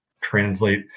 translate